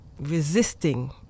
resisting